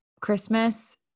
Christmas